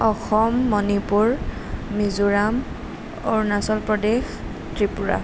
Assam Manipur Mizoram Arunachal Pradesh Tripura